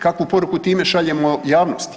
Kakvu poruku time šaljemo javnosti?